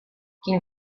quin